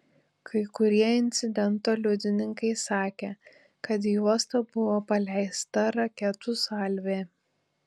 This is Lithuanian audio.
kai kurie incidento liudininkai sakė kad į uostą buvo paleista raketų salvė